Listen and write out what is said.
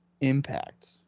impact